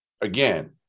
again